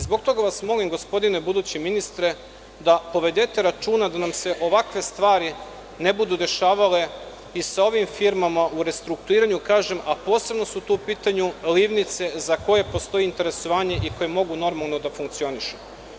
Zbog toga vas molim, gospodine budući ministre, da povedete računa da nam se ovakve stvari ne budu dešavale i sa ovim firmama u restrukturiranju, a posebno su tu u pitanju livnice za koje postoji interesovanje i koje mogu normalno da funkcionišu.